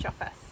office